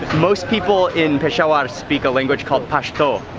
most people in peshawar speak a language called pashto.